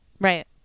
Right